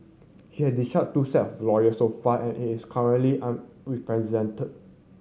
she has discharged two set of lawyer so far and is currently unrepresented